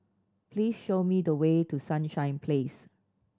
please show me the way to Sunshine Place